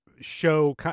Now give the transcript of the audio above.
Show